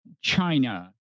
China